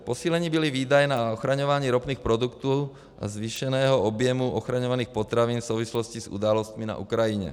Posíleny byly výdaje na ochraňování ropných produktů a zvýšeného objemu ochraňovaných potravin v souvislosti s událostmi na Ukrajině.